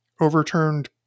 overturned